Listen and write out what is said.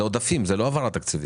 אלה עודפים לא העברה תקציבית.